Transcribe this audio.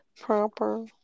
Proper